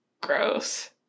Gross